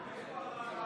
כהנא,